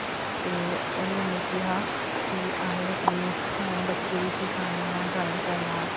ते ओह्दे कन्नै केह् हा कि अस अपने बच्चे गी बी सखाने आं ड्राईंग करना